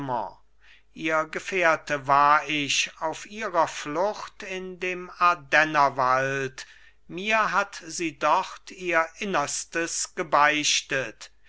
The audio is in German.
ihr gefährte war ich auf ihrer flucht in dem ardennerwald mir hat sie dort ihr innerstes gebeichtet